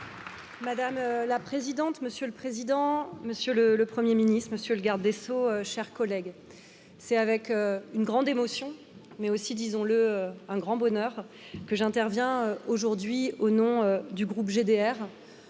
Mᵐᵉ la Présidente, M. le Président, M. le 1ᵉʳ ministre, M. le Garde des Sceaux. Chers collègues, c'est avec une grande émotion, mais aussi disons le un grand bonheur que j'interviens aujourd'hui au nom du groupe d